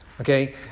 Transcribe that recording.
Okay